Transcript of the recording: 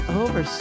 over